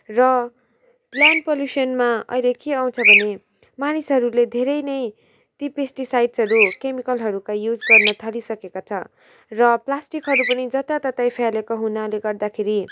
र ल्यान्ड पलुसनमा अहिले के आउँछ भने मानिसहरूले धेरै नै ती पेस्टिसाइड्सहरू केमिकलहरूको युज गर्न थालिसकेका छ र प्लास्टिकहरू पनि जतातत्तै फ्यालेको हुनाले गर्दाखेरि